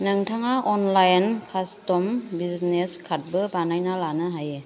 नोंथाङा online custom business कार्डबो बानायना लानो हायो